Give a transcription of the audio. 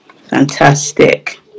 Fantastic